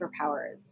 superpowers